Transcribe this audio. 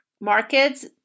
markets